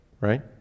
right